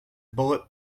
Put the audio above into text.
bullet